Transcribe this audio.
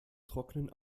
trocknen